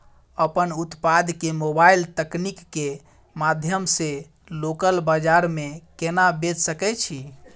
अपन उत्पाद के मोबाइल तकनीक के माध्यम से लोकल बाजार में केना बेच सकै छी?